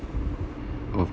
of